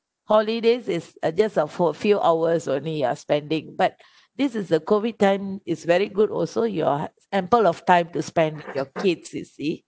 holidays is uh just a for a few hours only you are spending but this is a COVID time is very good also you are ample of time to spend your kids you see